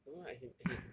no lah as in as in